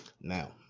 Now